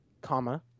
comma